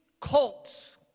cults